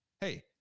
hey